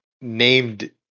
named